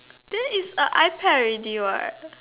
this is a iPad already what